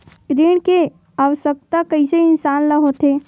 ऋण के आवश्कता कइसे इंसान ला होथे?